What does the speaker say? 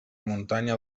muntanya